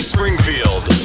Springfield